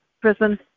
prison